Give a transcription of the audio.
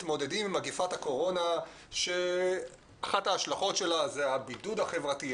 מתמודדים עם מגפת הקורונה שאחת ההשלכות שלה זה הבידוד החברתי,